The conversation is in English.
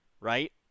right